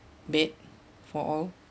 bed for all